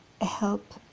help